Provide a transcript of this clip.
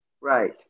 Right